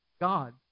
God